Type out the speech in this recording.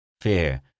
fear